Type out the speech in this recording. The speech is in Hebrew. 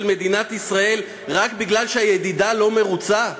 מדינת ישראל רק בגלל שהידידה לא מרוצה?